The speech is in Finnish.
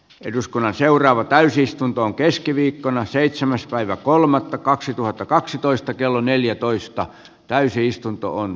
eduskunnan seuraava täysistuntoon keskiviikkona seitsemäs päivä kolme kaksituhattakaksitoista mahdollisine muine kuulemisineen